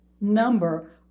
number